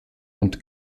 und